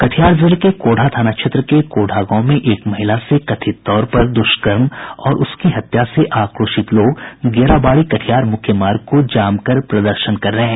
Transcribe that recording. कटिहार जिले के कोढ़ा थाना क्षेत्र के कोढ़ा गांव में एक महिला से कथित तौर पर दुष्कर्म और उसकी हत्या से आक्रोशित लोग गेराबाड़ी कटिहार मुख्य मार्ग को जाम कर प्रदर्शन कर रहे हैं